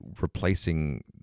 replacing